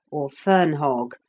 or fern-hog,